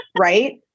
right